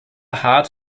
hart